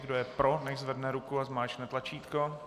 Kdo je pro, nechť zvedne ruku a zmáčkne tlačítko.